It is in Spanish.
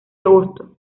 agosto